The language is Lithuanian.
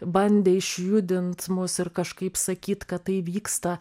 bandė išjudint mus ir kažkaip sakyt kad tai vyksta